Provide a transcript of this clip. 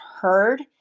heard